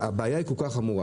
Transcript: הבעיה היא כל כך חמורה,